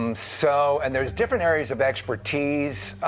um so and there's different areas of expertise.